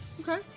Okay